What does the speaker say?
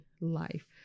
life